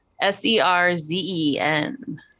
S-E-R-Z-E-N